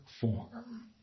form